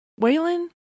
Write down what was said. Waylon